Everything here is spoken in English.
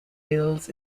hills